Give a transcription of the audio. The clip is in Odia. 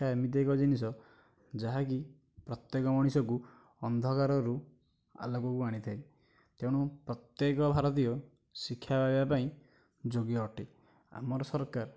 ଶିକ୍ଷା ଏମିତି ଏକ ଜିନିଷ ଯାହା କି ପ୍ରତ୍ୟେକ ମଣିଷକୁ ଅନ୍ଧକାରରୁ ଆଲୋକକୁ ଆଣିଥାଏ ତେଣୁ ପ୍ରତ୍ୟେକ ଭାରତୀୟ ଶିକ୍ଷା ପାଇବା ପାଇଁ ଯୋଗ୍ୟ ଅଟେ ଆମର ସରକାର